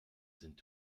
sind